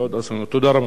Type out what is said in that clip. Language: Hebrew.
אני מאוד מודה לך, אדוני.